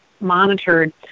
monitored